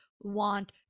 want